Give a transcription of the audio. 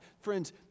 Friends